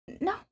No